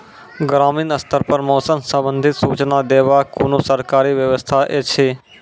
ग्रामीण स्तर पर मौसम संबंधित सूचना देवाक कुनू सरकारी व्यवस्था ऐछि?